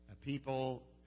People